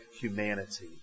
humanity